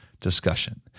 discussion